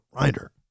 writer